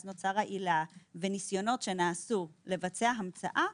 נוצרה העילה והניסיונות שנעשו לבצע המצאה,